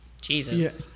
Jesus